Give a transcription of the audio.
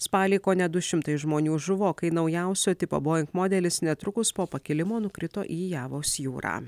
spalį kone du šimtai žmonių žuvo kai naujausio tipo boing modelis netrukus po pakilimo nukrito į javos jūrą